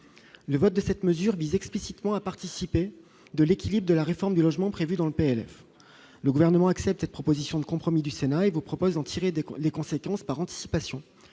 Le vote de cette mesure vise explicitement à participer de l'équilibre de la réforme du logement prévue dans le PLF. Le Gouvernement accepte cette proposition de compromis du Sénat et vous propose d'en tirer les conséquences par anticipation